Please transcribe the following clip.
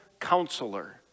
counselor